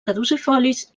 caducifolis